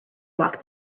walk